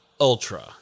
Ultra